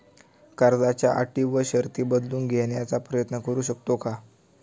कर्जाच्या अटी व शर्ती बदलून घेण्याचा प्रयत्न करू शकतो का?